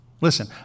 Listen